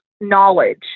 knowledge